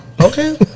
Okay